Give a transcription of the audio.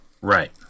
Right